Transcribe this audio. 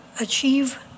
achieve